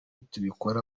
tubikora